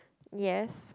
yes